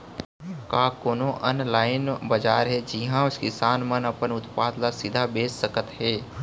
का कोनो अनलाइन बाजार हे जिहा किसान मन अपन उत्पाद ला सीधा बेच सकत हे?